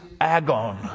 agon